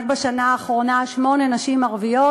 רק בשנה האחרונה שמונה נשים ערביות,